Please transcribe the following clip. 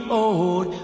old